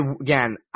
again